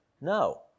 No